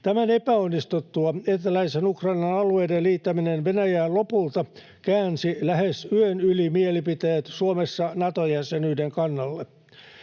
Tämän epäonnistuttua eteläisen Ukrainan alueiden liittäminen Venäjään lopulta käänsi lähes yön yli mielipiteet Suomessa Nato-jäsenyyden kannalle.